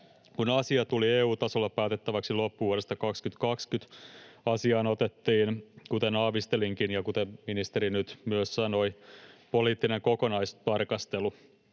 kun asia tuli EU-tasolla päätettäväksi loppuvuodesta 2020, asiaan otettiin — kuten aavistelinkin ja kuten nyt myös ministeri sanoi — poliittinen kokonaistarkastelu,